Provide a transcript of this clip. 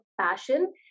passion